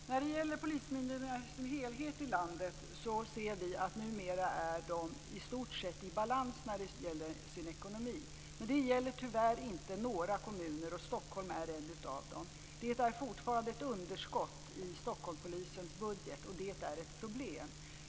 Fru talman! När det gäller polismyndigheterna som helhet i landet ser vi att de numera är i stort sett i balans när det gäller ekonomin. Men det gäller tyvärr inte en del kommuner, och Stockholm är en av dem. Det är fortfarande ett underskott i Stockholmspolisens budget, och det är ett problem.